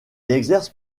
exerce